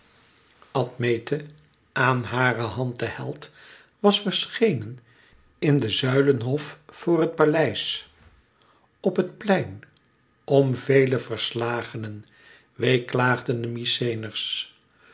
admete aan hare hand de held was verschenen in den zuilenhof voor het paleis op het plein om vele verslagenen weeklaagden de